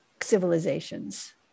civilizations